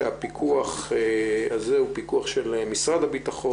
כשהפיקוח הזה הוא פיקוח של משרד הביטחון.